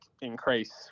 increase